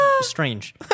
strange